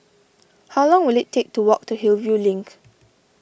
how long will it take to walk to Hillview Link